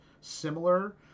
similar